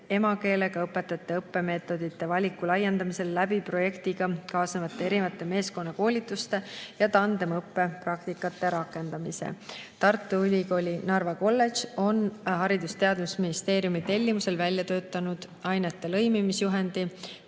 emakeelega õpetajate õppemeetodite valiku laiendamisel projektiga kaasnevate erinevate meeskonnakoolituste ja tandemõppe praktikate rakendamise abil. Tartu Ülikooli Narva Kolledž on Haridus- ja Teadusministeeriumi tellimusel välja töötanud ainete lõimimise juhendi